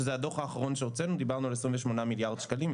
שזה הדוח האחרון שהוצאנו דיברנו על 28 מיליארד שקלים,